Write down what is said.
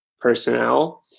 personnel